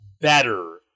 better